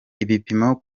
ibipimo